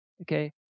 okay